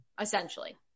essentially